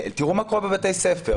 תראו, מה קורה בבתי ספר.